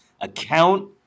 account